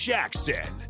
Jackson